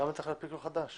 למה צריך להנפיק לו חדש?